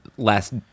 last